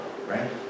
right